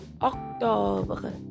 October